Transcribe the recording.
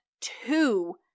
two